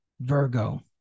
Virgo